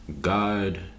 God